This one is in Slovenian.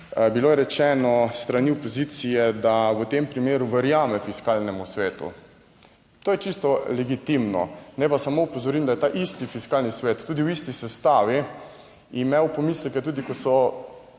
bilo je rečeno s strani opozicije, da v tem primeru verjame Fiskalnemu svetu. To je čisto legitimno. Naj pa samo opozorim, da je ta isti Fiskalni svet tudi v isti sestavi imel pomisleke tudi, ko so